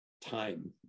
time